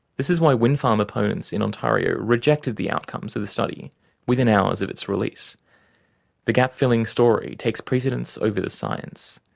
this is why wind farm opponents in ontario rejected the outcomes of the study within hours of its release the gap-filling story takes precedence over the science.